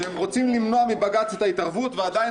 הם רוצים למנוע מבג"ץ את ההתערבות ועדיין